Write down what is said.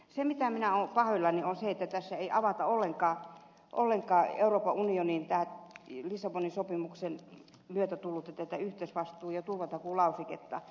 se mistä minä olen pahoillani on se että tässä ei avata ollenkaan euroopan unioniin tämän lissabonin sopimuksen myötä tullutta yhteisvastuu ja turvatakuulauseketta